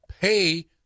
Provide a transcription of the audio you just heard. pay